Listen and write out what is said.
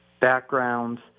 backgrounds